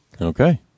Okay